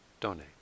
donate